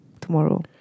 Tomorrow